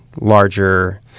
larger